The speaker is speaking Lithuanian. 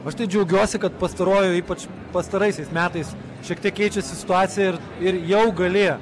aš tai džiaugiuosi kad pastaruoju ypač pastaraisiais metais šiek tiek keičiasi situacija ir ir jau gali